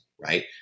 right